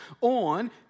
on